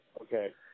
Okay